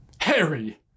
Harry